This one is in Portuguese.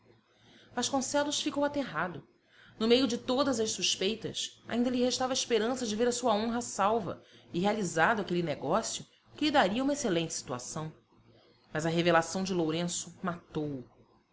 vasconcelos ficou aterrado no meio de todas as suspeitas ainda lhe restava a esperança de ver a sua honra salva e realizado aquele negócio que lhe daria uma excelente situação mas a revelação de lourenço matou o